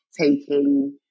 taking